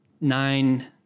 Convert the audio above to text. nine